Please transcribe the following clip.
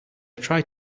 tried